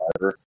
driver